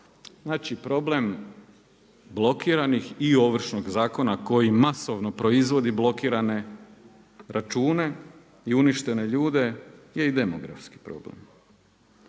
Znači problem blokiranih i Ovršnog zakona koji masovno proizvodi blokirane račune i uništene ljude je i demografski problem.